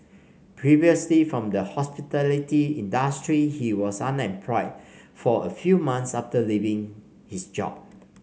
previously from the hospitality industry he was unemployed for a few months after leaving his job